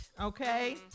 Okay